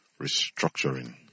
restructuring